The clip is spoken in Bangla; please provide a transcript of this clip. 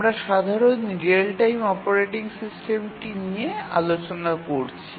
আমরা সাধারণ রিয়েল টাইম অপারেটিং সিস্টেমটি নিয়ে আলোচনা করছি